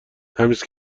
تمیز